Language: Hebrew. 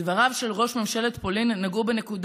דבריו של ראש ממשלת פולין נגעו בנקודה